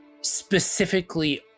specifically